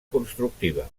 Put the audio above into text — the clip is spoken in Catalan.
constructiva